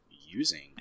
using